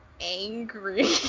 angry